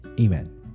amen